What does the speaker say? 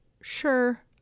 Sure